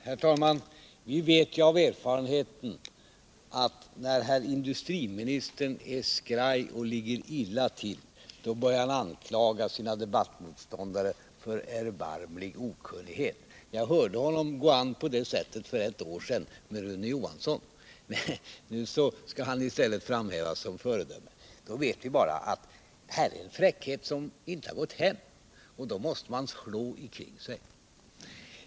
Herr talman! Vi vet av erfarenhet att när herr industriministern är skraj och ligger illa till, då börjar han anklaga sina debattmotståndare för erbarmlig okunnighet. Jag hörde honom gå an på det sättet för ett år sedan just med Rune Johansson, som nu i stället framhävs som föredöme. Här är det en fräckhet som inte har gått hem, och då måste industriministern slå omkring sig.